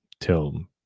till